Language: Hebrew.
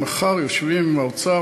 יושבים עם האוצר.